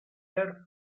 air